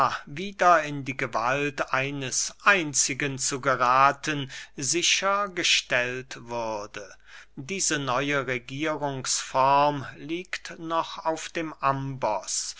wieder in die gewalt eines einzigen zu gerathen sicher gestellt würde diese neue regierungsform liegt noch auf dem amboß